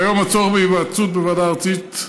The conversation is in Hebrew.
כיום הצורך בהיוועצות בוועדה הארצית,